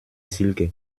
silke